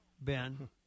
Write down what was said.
Ben